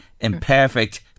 Imperfect